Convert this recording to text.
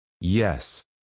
Yes